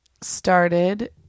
started